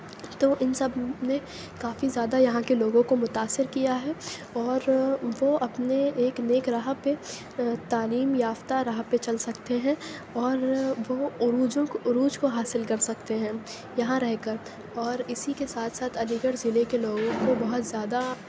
تو ان سب نے کافی زیادہ یہاں کے لوگوں کو متاثر کیا ہے اور وہ اپنے ایک نیک راہ پہ تعلیم یافتہ راہ پہ چل سکتے ہیں اور وہ عروجوں عروج کو حاصل کر سکتے ہیں یہاں رہ کر اور اسی کے ساتھ ساتھ علی گرھ ضلعے کے لوگوں کو بہت زیادہ